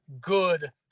good